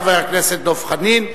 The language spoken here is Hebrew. חבר הכנסת דב חנין,